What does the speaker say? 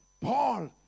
paul